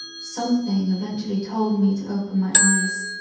something eventually told me to open my eyes,